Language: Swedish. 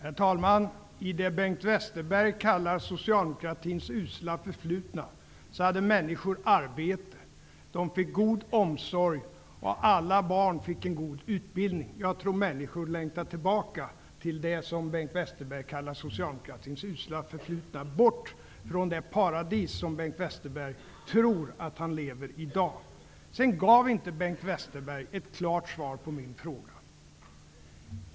Fru talman! I det som Bengt Westerberg kallar socialdemokratins usla förflutna hade människor arbete. De fick god omsorg, och alla barn fick en god utbildning. Jag tror att människor längtar tillbaka till det som Bengt Westerberg kallar socialdemokratins usla förflutna, bort från det paradis som Bengt Westerberg i dag tror att han lever i. Bengt Westerberg gav inte något klart svar på min fråga.